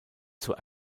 zur